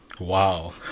Wow